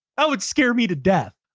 that would scare me to death,